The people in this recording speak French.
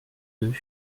deux